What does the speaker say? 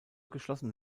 geschlossen